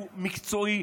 משהו מקצועי,